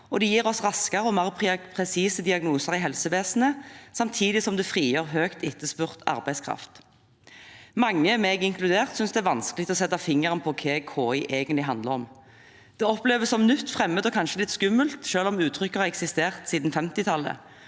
det gir oss raskere og mer presise diagnoser i helsevesenet samtidig som det frigjør arbeidskraft som er sterkt etterspurt. Mange, meg inkludert, synes det er vanskelig å sette fingeren på hva KI egentlig handler om. Det oppleves som nytt, fremmed og kanskje litt skummelt selv om uttrykket har eksistert siden 1950-tallet.